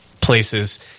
places